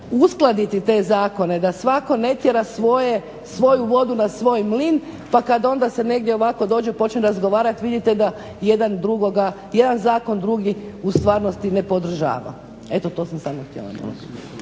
uskladiti te zakone da svako ne tjera svoju vodu na svoj mlin pa kada se onda ovako negdje dođe i počne razgovarati vidite da jedan drugoga jedan zakon drugi u stvarnosti ne podržava. Eto to sam samo htjela